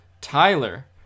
Tyler